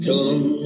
Come